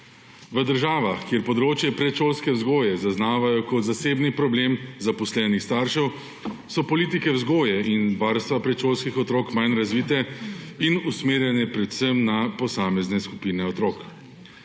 V državah, kjer področje predšolske vzgoje zaznavajo kot zasebni problem zaposlenih staršev, so politike vzgoje in varstva predšolskih otrok manj razvite in usmerjene predvsem na posamezne skupine otrok.